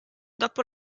dopo